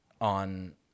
on